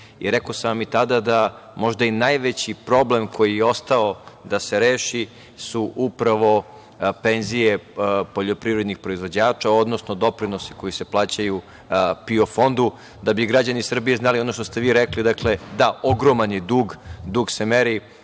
I rekao sam i tada da možda i najveći problem koji je ostao da se reši su upravo penzije poljoprivrednih proizvođača, odnosno doprinosi koji se plaćaju PIO Fondu. Da bi građani Srbije znali ono što ste vi rekli, dakle da ogroman je dug. Dug se meri